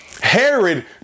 Herod